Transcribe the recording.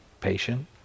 patient